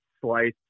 slice